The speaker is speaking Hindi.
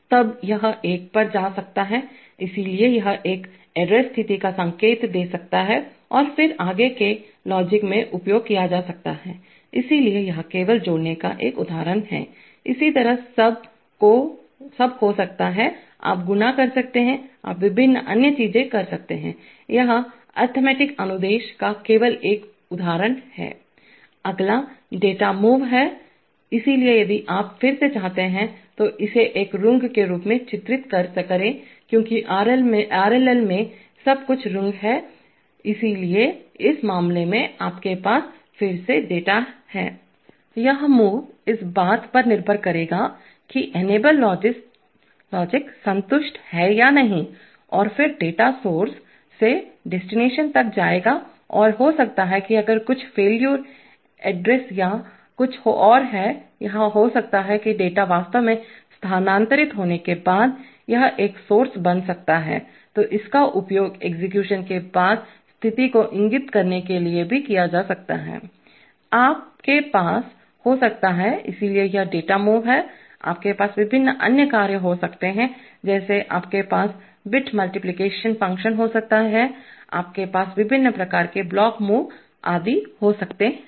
तब यह एक पर जा सकता हैइसलिए यह एक एरर स्थिति का संकेत दे सकता है और फिर आगे के लॉजिक में उपयोग किया जा सकता है इसलिए यह केवल जोड़ने का एक उदाहरण है इसी तरह सब हो सकता हैं आप गुणा कर सकते हैं आप विभिन्न अन्य चीजें कर सकते हैं यह अंकगणितीयअरिथमेटिक अनुदेश का केवल एक उदाहरण है अगला डेटा मूव है इसलिए यदि आप फिर से चाहते हैं तो इसे एक रूंग के रूप में चित्रित करें क्योंकि RLL में सब कुछ रूंग है इसलिए इस मामले में आपके पास फिर से डेटा है यह मूव इस बात पर निर्भर करेगा कि इनेबल लॉजिक संतुष्ट है या नहीं और फिर डेटा सोर्स स्रोत से डेस्टिनेशनगंतव्य तक जाएगा और हो सकता है कि अगर कुछ फेलियर एड्रेस या कुछ और है या हो सकता है कि डेटा वास्तव में स्थानांतरित होने के बाद यह एक सोर्स स्रोत बन सकता है तो इसका उपयोग एक्सेक्यूशन के बाद स्थिति को इंगित करने के लिए भी किया जा सकता है आपके पास हो सकता है इसलिए यह डेटा मूव है आपके पास विभिन्न अन्य कार्य हो सकते हैं जैसे आपके पास बिट मल्टिप्लिकेशन फंक्शन हो सकते हैं आपके पास विभिन्न प्रकार के ब्लॉक मूव आदि हो सकते हैं